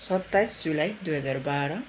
सत्ताइस जुलाई दुई हजार बाह्र